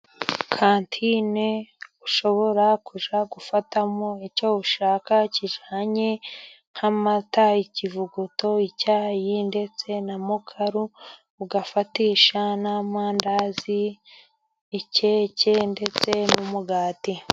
Kantine ushobora kujya gufatamo icyo ushaka, kijyanye nk'amata, ikivuguto, icyayi ndetse na mukaru. Ugafatisha n'amandazi, keke ndetse n'umugati.